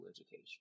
education